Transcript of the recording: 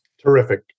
Terrific